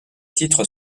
titres